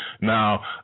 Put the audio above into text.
Now